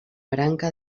branca